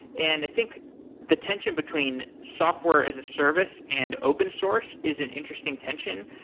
and i think the tension between software as a service and open-source is an interesting tension,